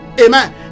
amen